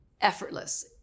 effortless